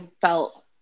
felt